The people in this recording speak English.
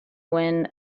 when